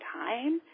time